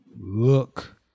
look